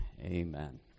Amen